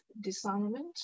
disarmament